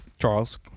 Charles